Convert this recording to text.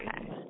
Okay